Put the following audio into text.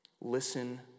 Listen